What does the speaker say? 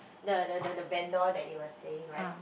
the the the the vendor that you were saying right